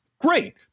Great